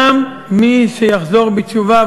גם מי שיחזור בתשובה,